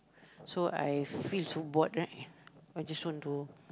so I feel so bored right I just want to